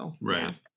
Right